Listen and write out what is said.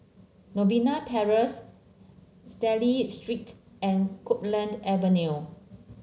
Novena Terrace Stanley Street and Copeland Avenue